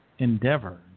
endeavor